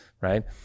right